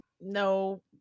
No